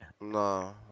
No